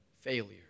failure